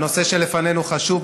הנושא שלפנינו חשוב.